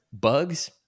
Bugs